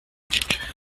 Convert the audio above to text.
duc